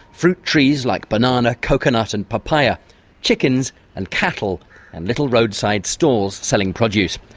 fruit trees like banana, coconut and papaya chickens and cattle and little roadside stores selling produce.